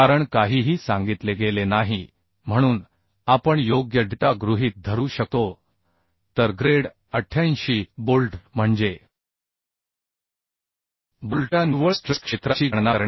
कारण काहीही सांगितले गेले नाही म्हणून आपण योग्य डेटा गृहीत धरू शकतो तर ग्रेड 88 बोल्ट म्हणजे बोल्ट श्रेणी 88 आहे